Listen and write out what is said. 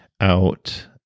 out